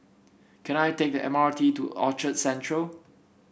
can I take the M R T to Orchard Central